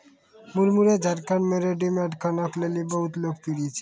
मुरमुरे झारखंड मे रेडीमेड खाना के लेली बहुत लोकप्रिय छै